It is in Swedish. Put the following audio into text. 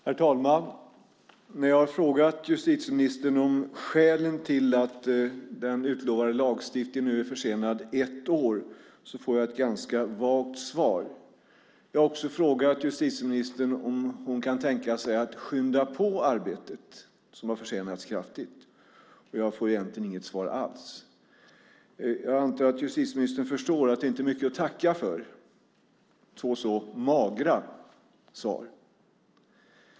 Herr talman! Jag har frågat justitieministern om skälen till att den utlovade lagstiftningen nu är försenad ett år, och jag får ett ganska vagt svar. Jag har också frågat justitieministern om hon kan tänka sig att skynda på arbetet som har försenats kraftigt, och jag får egentligen inget svar alls. Jag antar att justitieministern förstår att två så magra svar inte är mycket att tacka för.